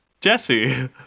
Jesse